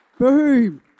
Boom